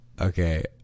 Okay